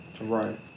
Right